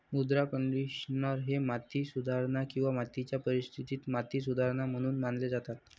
मृदा कंडिशनर हे माती सुधारणा किंवा मातीच्या परिस्थितीत माती सुधारणा म्हणून मानले जातात